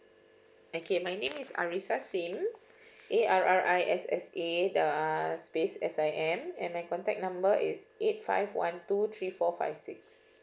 okay my name is arrissa sim A R R I S S A uh space S I M and my contact number is eight five one two three four five six